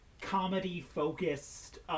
comedy-focused